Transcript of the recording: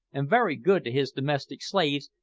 and very good to his domestic slaves,